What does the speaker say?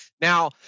Now